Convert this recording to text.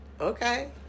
Okay